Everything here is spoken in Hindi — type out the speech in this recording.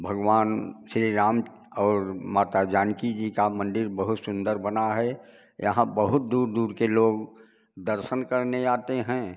भगवान श्रीराम और माता जानकी जी का मंदिर बहुत सुंदर बना है यहाँ बहुत दूर दूर के लोग दर्शन करने आते हैं